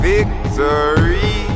Victory